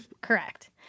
Correct